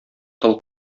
тол